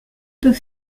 peut